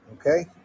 okay